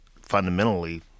fundamentally